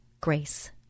grace